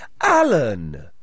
Alan